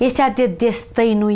is that did this they knew